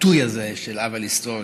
הביטוי הזה של עוול היסטורי.